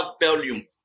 volume